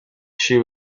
she